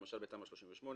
למשל בתמ"א 38,